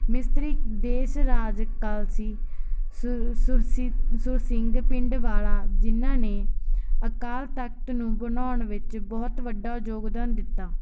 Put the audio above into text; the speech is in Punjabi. ਮਿਸਤਰੀ ਦੇਸਰਾਜ ਕਲਸੀ ਸੁਰ ਸੁਰਸੀ ਸੁਰਸਿੰਘ ਪਿੰਡ ਵਾਲਾ ਜਿਨ੍ਹਾਂ ਨੇ ਅਕਾਲ ਤਖ਼ਤ ਨੂੰ ਬਣਾਉਣ ਵਿੱਚ ਬਹੁਤ ਵੱਡਾ ਯੋਗਦਾਨ ਦਿੱਤਾ